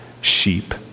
sheep